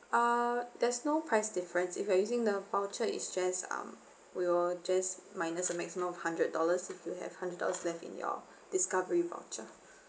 err there's no price difference if you're using the voucher is just um we will just minus the maximum of hundred dollars if you have hundred dollars left in your discovery voucher